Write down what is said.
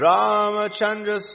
Ramachandra